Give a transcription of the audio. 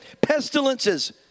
Pestilences